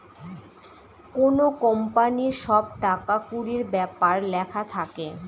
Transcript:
কোনো কোম্পানির সব টাকা কুড়ির ব্যাপার লেখা থাকে